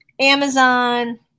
Amazon